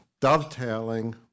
dovetailing